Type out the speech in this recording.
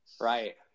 Right